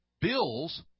bills